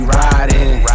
riding